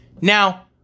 Now